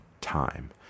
time